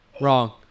Wrong